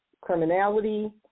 criminality